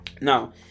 now